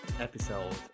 episode